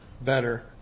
better